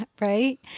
Right